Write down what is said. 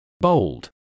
bold